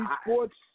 sports